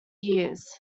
years